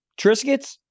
Triscuits